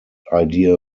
idea